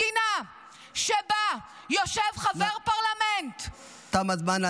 מדינה שבה יושב חבר פרלמנט, תם הזמן.